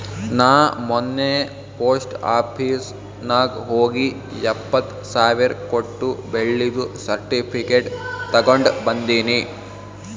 ನಾ ಮೊನ್ನೆ post office ನಾಗ್ ಹೋಗಿ ಎಪ್ಪತ್ ಸಾವಿರ್ ಕೊಟ್ಟು ಬೆಳ್ಳಿದು ಸರ್ಟಿಫಿಕೇಟ್ ತಗೊಂಡ್ ಬಂದಿನಿ